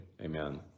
Amen